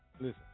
listen